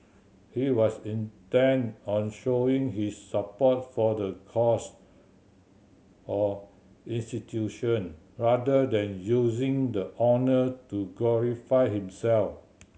he was intent on showing his support for the cause or institution rather than using the honour to glorify himself